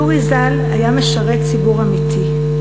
יורי ז"ל היה משרת ציבור אמיתי.